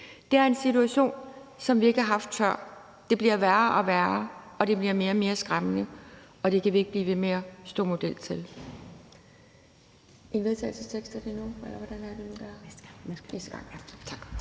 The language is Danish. Det er en situation, som vi ikke har haft før. Det bliver værre og værre, og det bliver mere og mere skræmmende, og det kan vi ikke blive ved med at stå model til.